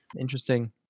Interesting